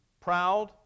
proud